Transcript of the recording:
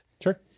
Sure